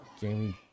Jamie